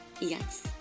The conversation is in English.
Yes